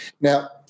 Now